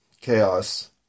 chaos